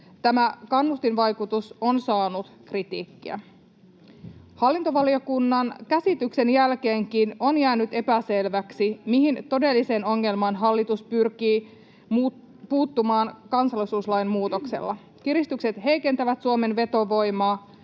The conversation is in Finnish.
Tämän kannustinvaikutus on saanut kritiikkiä. Hallintovaliokunnan käsityksen jälkeenkin on jäänyt epäselväksi, mihin todelliseen ongelmaan hallitus pyrkii puuttumaan kansalaisuuslain muutoksella. Kiristykset heikentävät Suomen vetovoimaa